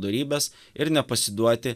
dorybės ir nepasiduoti